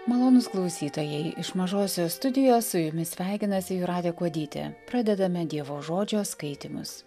malonūs klausytojai iš mažosios studijos su jumis sveikinasi jūratė kuodytė pradedame dievo žodžio skaitymus